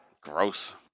Gross